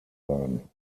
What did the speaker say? sein